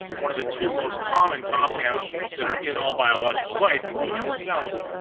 one of the two most common compounds that are in all biological life, including ourselves.